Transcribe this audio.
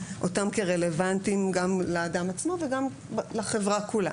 אותם כרלוונטיים לאדם עצמו ולחברה כולה.